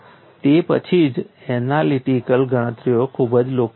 તે પછી જ એનાલિટિકલ ગણતરીઓ ખૂબ જ લોકપ્રિય થઈ